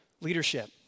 leadership